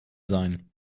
sein